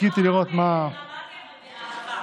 חיכיתי לראות מה, זה דרמטי אבל באהבה.